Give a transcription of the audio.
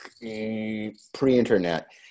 pre-internet